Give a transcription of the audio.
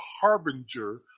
harbinger